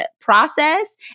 process